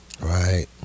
Right